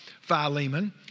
Philemon